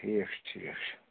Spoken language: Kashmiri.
ٹھیٖک چھُ ٹھیٖک چھُ